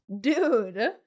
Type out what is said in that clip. Dude